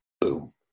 boom